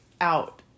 out